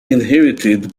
inherited